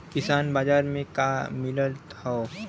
किसान बाजार मे का मिलत हव?